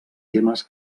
temes